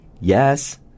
Yes